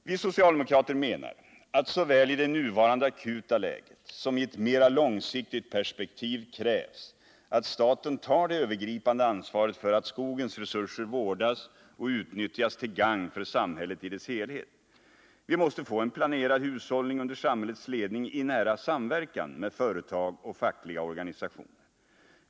Vi socialdemokrater menar att såväl i det nuvarande akuta läget som i ett mera långsiktigt perspektiv krävs att staten tar det övergripande ansvaret för att skogens resurser vårdas och utnyttjas till gagn för samhället i dess helhet. Vi måste få en planerad hushållning under samhällets ledning i nära samverkan med företag och fackliga organisationer.